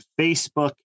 Facebook